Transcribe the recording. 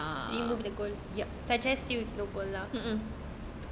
remove the gold suggest you with no gold lah